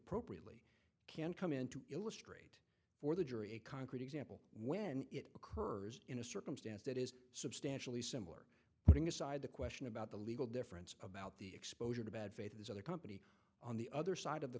ely can come in to illustrate for the jury a concrete example when it occurs in a circumstance that is substantially similar putting aside the question about the legal difference about the exposure to bad faith of the other company on the other side of the